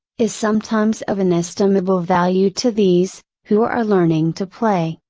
is sometimes of inestimable value to these, who are are learning to play.